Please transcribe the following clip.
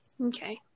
Okay